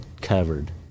covered